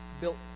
built